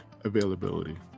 availability